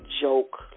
joke